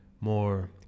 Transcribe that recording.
more